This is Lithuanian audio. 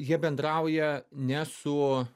jie bendrauja ne su